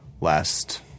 last